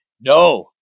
No